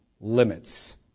limits